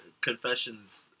Confessions